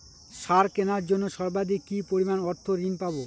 সার কেনার জন্য সর্বাধিক কি পরিমাণ অর্থ ঋণ পাব?